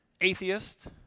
atheist